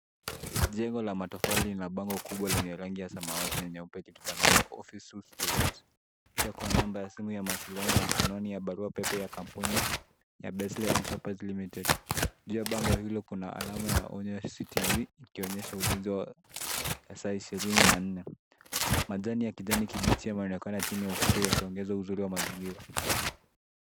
Jengo la matofali lina bango kubwa lenye rangi ya samawati na nyeupe likitangaza Office Suites To Let. Pia kuna namba ya simu ya mawasiliano na anwani ya barua pepe ya kampuni ya Basle enterprise Limited. Juu ya bango hilo kuna alama ya onyo ya CCTV ikioonyesha ulinzi wa masaa ishirini na nne. Majani ya kijani kibichi yanaonekana chini ya ukuta yakiongeza uzuri wa mazingira.